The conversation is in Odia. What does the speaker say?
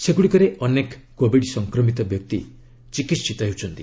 ସେଗୁଡ଼ିକରେ ଅନେକ କୋବିଡ ସଂକ୍ରମିତ ବ୍ୟକ୍ତି ଚିକିିିିତ ହେଉଛନ୍ତି